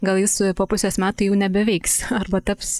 gal jis po pusės metų jau nebeveiks arba taps